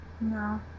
No